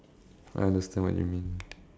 I understand what you mean